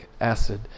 acid